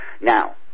Now